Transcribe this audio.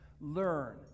Learn